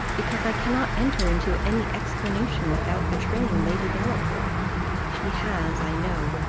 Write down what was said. because i cannot enter into any explanation, without betraying lady delacour she has, i know,